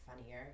funnier